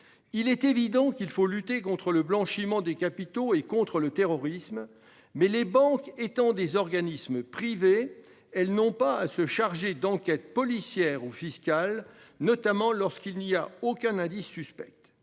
Il est évident qu'il faut lutter contre le blanchiment des capitaux et contre le terrorisme, mais, les banques étant des organismes privés, elles n'ont pas à se charger d'enquêtes policières ou fiscales, notamment lorsqu'il n'y a aucun indice suspect.